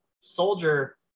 Soldier